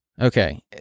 Okay